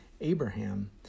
abraham